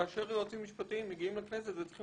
כאשר יועצים משפטיים מגיעים לכנסת וצריכים